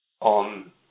on